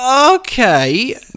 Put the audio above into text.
okay